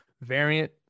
Variant